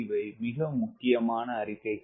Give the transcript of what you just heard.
இவை மிக முக்கியமான அறிக்கைகள்